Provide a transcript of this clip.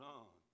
on